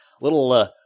little